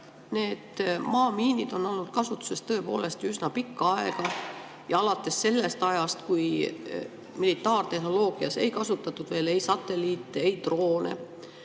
Need maamiinid on olnud kasutuses tõepoolest üsna pikka aega, alates juba sellest ajast, kui militaartehnoloogias ei kasutatud veel ei satelliite ega droone.